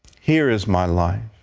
here is my life.